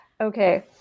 Okay